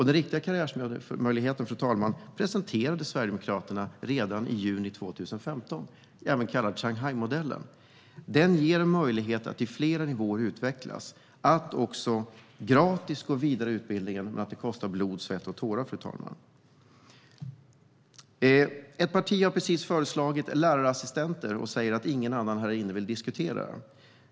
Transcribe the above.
Den riktiga karriärmöjligheten presenterade Sverigedemokraterna redan i juni 2015, även kallad Shanghaimodellen. Den ger möjlighet att på flera nivåer utvecklas, att gå gratis vidare i utbildningen - men det kostar blod, svett och tårar. Ett parti har precis föreslagit lärarassistenter och säger att ingen annan vill diskutera frågan.